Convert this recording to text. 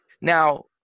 Now